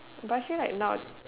but I feel like now